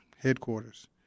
headquarters